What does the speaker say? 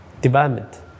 development